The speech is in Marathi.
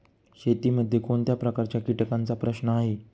शेतीमध्ये कोणत्या प्रकारच्या कीटकांचा प्रश्न आहे?